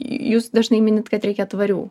jūs dažnai minit kad reikia tvarių